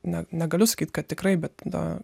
ne negaliu sakyt kad tikrai bet na